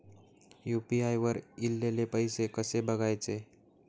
UPI वर ईलेले पैसे कसे बघायचे?